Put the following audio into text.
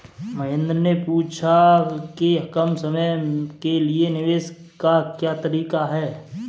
महेन्द्र ने पूछा कि कम समय के लिए निवेश का क्या तरीका है?